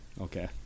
Okay